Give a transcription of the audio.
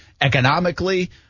economically